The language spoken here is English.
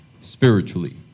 spiritually